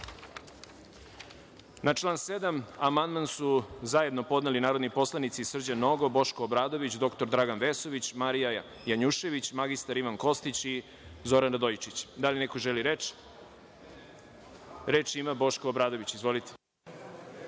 član 7. amandman su zajedno podneli narodni poslanici Srđan Nogo, Boško Obradović, dr Dragan Vesović, Marija Janjušević, mr. Ivan Kostić i Zoran Radojičić. Da li neko želi reč? Reč ima Boško Obradović. Izvolite.